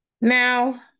Now